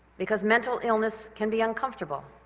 because mental illness can be uncomfortable,